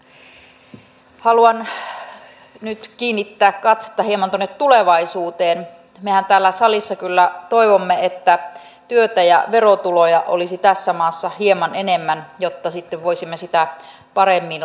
on hienoa että sosialidemokraateilta löytyy nyt erityispanostuksia myös yrittäjyyteen tämä on meidän yhteinen tavoitteemme ja siihen työllistämiseen myös itsensä työllistämiseen ei vain muitten ja mielelläni kuulisin myös noita konkreettisia toimenpiteitä kuinka työllistäminen olisi kannattavampaa